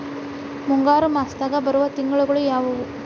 ಮುಂಗಾರು ಮಾಸದಾಗ ಬರುವ ತಿಂಗಳುಗಳ ಯಾವವು?